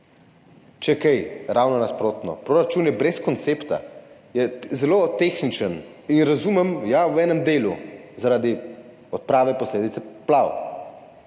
Če kaj, ravno nasprotno, proračun je brez koncepta, je zelo tehničen in razumem, ja, v enem delu zaradi odprave posledic poplav,